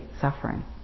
suffering